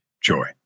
joy